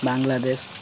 Bangladesh